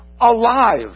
alive